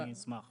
אני אשמח.